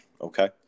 okay